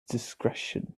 discretion